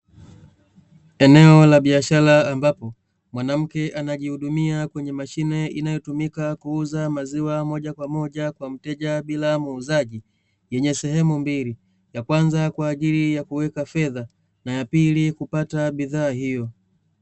Eneo la biashara, ambapo mwanamke anajihudumia kwenye mashine, inayotumika kuuza maziwa moja kwa moja kwa mteja bila ya muuzaji, yenye sehemu mbili ya kwanza kwa ajili ya kuweka fedha na ya pili kupata bidhaa hiyo.